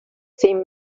sin